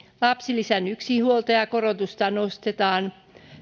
lapsilisän yksinhuoltajakorotusta nostetaan